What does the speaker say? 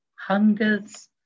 hungers